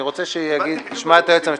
אני רוצה שתשמע את היועץ המשפטי,